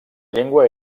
llengua